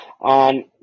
on